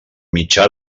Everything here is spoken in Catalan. mitjà